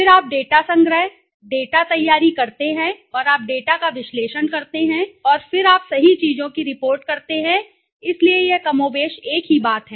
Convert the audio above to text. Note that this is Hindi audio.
फिर आप डेटा संग्रह डेटा तैयारी करते हैं और आप डेटा का विश्लेषण करते हैं और फिर आप सही चीजों की रिपोर्ट करते हैं इसलिए यह कमोबेश एक ही बात है